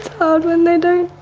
hard when they don't,